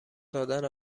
دادن